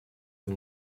con